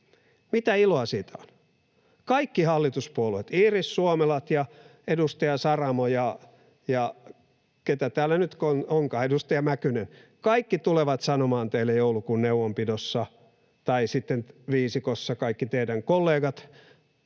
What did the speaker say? Mitä iloa siitä on? Kaikki hallituspuolueet, Iiris Suomelat ja edustaja Saramo ja edustaja Mäkynen ja ketä täällä nyt onkaan, kaikki tulevat sanomaan teille joulukuun neuvonpidossa, tai sitten viisikossa kaikki teidän kolleganne